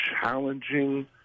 challenging